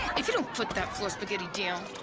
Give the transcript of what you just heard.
if you don't put that floor spaghetti down.